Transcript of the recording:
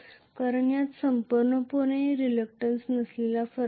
कारण यात पूर्णपणे रिलक्टंन्स व्हेरिएशन असणार नाही